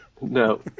No